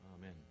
Amen